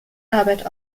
arbeit